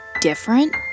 different